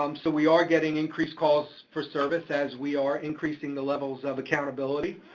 um so we are getting increased calls for service as we are increasing the levels of accountability.